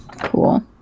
cool